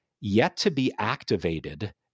yet-to-be-activated